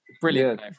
Brilliant